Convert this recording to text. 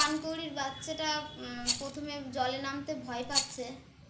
পানকৌড়ির বাচ্চাটা প্রথমে জলে নামতে ভয় পাচ্ছে